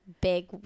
big